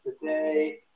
today